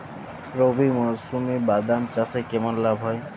রবি মরশুমে বাদাম চাষে কেমন লাভ হয়?